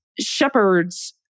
shepherds